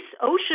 ocean